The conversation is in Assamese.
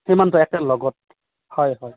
সীমান্ত একে লগত হয় হয়